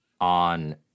on